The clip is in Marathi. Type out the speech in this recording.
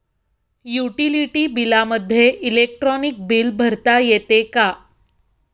युटिलिटी बिलामध्ये इलेक्ट्रॉनिक बिल भरता येते का?